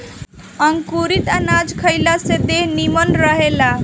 अंकुरित अनाज खइला से देह निमन रहेला